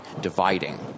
dividing